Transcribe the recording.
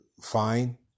fine